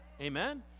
Amen